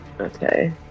Okay